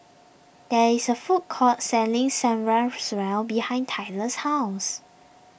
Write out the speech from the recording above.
there is a food court selling Samgyeopsal behind Tyler's house